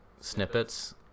snippets